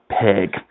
pig